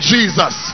Jesus